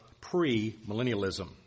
pre-millennialism